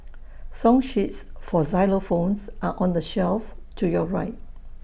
song sheets for xylophones are on the shelf to your right